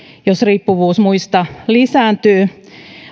jos riippuvuus muista lisääntyy